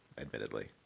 admittedly